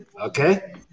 Okay